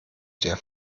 der